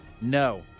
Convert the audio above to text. No